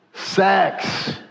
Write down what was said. Sex